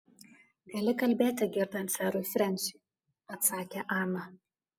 gali kalbėti girdint serui frensiui atsakė ana